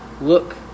look